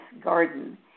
garden